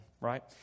Right